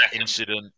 Incident